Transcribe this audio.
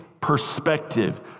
perspective